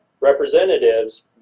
representatives